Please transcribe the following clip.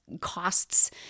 costs